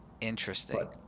interesting